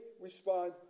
respond